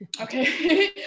okay